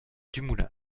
dumoulin